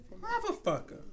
Motherfucker